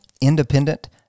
independent